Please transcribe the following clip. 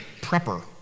prepper